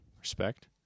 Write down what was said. Respect